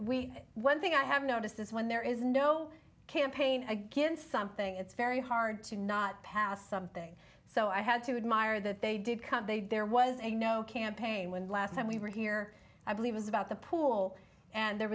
we one thing i have noticed is when there is no campaign against something it's very hard to not pass something so i had to admired that they did come they'd there was a no campaign when last time we were here i believe was about the pool and there